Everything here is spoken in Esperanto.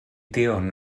tion